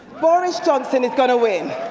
boris johnson is going to win.